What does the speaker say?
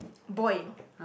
boy